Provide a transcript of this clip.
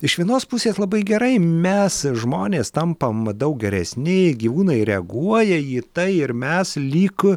iš vienos pusės labai gerai mes žmonės tampam daug geresni gyvūnai reaguoja į tai ir mes lyg